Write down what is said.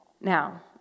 Now